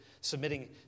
submitting